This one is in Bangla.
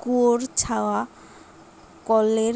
কুয়োর ছাড়া কলের